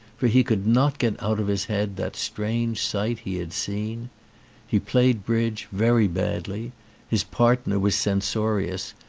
for he could not get out of his head that strange sight he had seen he played bridge very badly his partner was censorious,